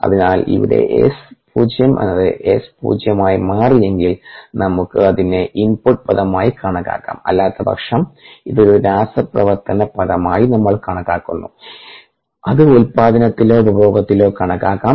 അതിനാൽ ഇവിടെ S0 S0 ആയി മാറിയെങ്കിൽ നമുക്ക് അതിനെ ഇൻപുട്ട് പദമായി കണക്കാക്കാം അല്ലാത്തപക്ഷം ഇത് ഒരു രാസ പ്രവർത്തന പദമായി നമ്മൾ കണക്കാക്കുന്നു അത് ഉത്പാദനത്തിലോ ഉപഭോഗത്തിലോ കണക്കാക്കാം